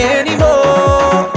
anymore